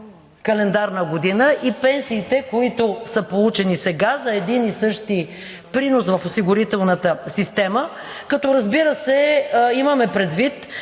календарна година и пенсиите, които са получени сега за един и същи принос в осигурителната система. Разбира се, имаме предвид,